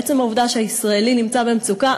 עצם העובדה שהישראלי נמצא במצוקה,